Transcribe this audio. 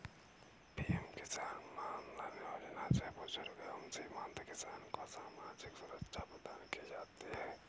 PM किसान मानधन योजना से बुजुर्ग एवं सीमांत किसान को सामाजिक सुरक्षा प्रदान की जाती है